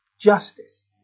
justice